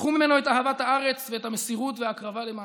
קחו ממנו את אהבת הארץ ואת המסירות וההקרבה למעלה,